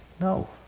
No